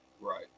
Right